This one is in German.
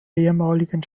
ehemaligen